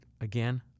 again